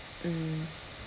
mm